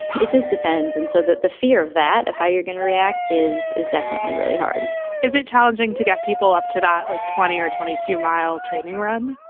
it just depends. and so that the fear of that of how you're going to react is is definitely really hard is it challenging to get people up to that? like twenty or twenty two mile training run?